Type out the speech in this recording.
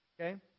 Okay